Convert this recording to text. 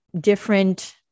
different